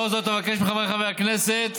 לאור זאת אבקש מחבריי חברי הכנסת